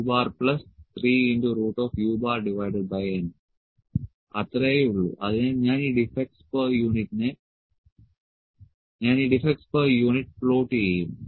L u3un അത്രയേയുള്ളൂ അതിനാൽ ഞാൻ ഈ ഡിഫെക്ടസ് പെർ യൂണിറ്റ് പ്ലോട്ട് ചെയ്യും